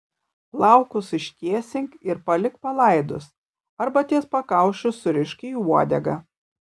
plaukus ištiesink ir palik palaidus arba ties pakaušiu surišk į uodegą